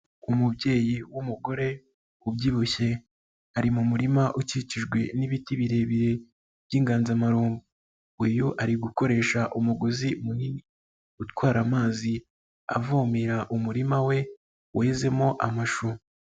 Umubyeyi w'umugore ubyibushye, ari mu murima ukikijwe n'ibiti birebire by'inganzamarumbo, uyu ari gukoresha umugozi munini utwara amazi, avomera umurima we wezemo amashu.